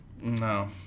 No